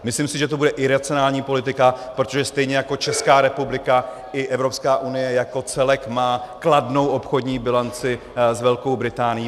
Myslím si, že to bude iracionální politika, protože stejně jako Česká republika, tak i Evropská unie jako celek má kladnou obchodní bilanci s Velkou Británií.